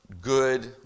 good